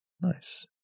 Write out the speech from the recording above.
Nice